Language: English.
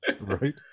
right